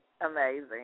amazing